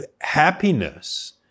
happiness